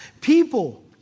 People